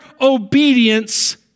obedience